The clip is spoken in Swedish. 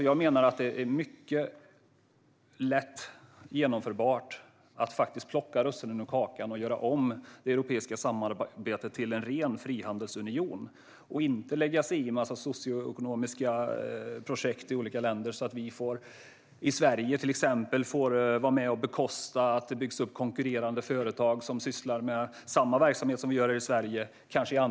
Jag menar att det är mycket lätt genomförbart att plocka russinen ur kakan - att göra om det europeiska samarbetet till en ren frihandelsunion och inte lägga sig i en massa socioekonomiska projekt i olika länder så att vi i Sverige till exempel får vara med och bekosta att det byggs upp konkurrerande företag i andra länder som sysslar med samma verksamhet som vi här i Sverige.